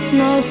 no